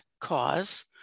cause